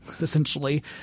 essentially